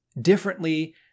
differently